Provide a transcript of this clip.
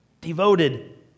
Devoted